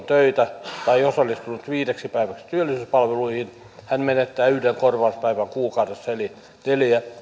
töitä tai osallistunut viideksi päiväksi työllisyyspalveluihin hän menettää yhden korvauspäivän kuukaudessa eli neljä